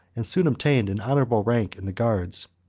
and soon obtained an honorable rank in the guards.